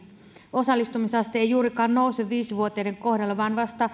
osallistumisaste ei juurikaan nouse viisi vuotiaiden kohdalla vaan vasta